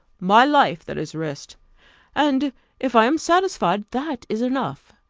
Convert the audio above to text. my life, that is risked and if i am satisfied, that is enough.